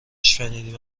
شنیدیم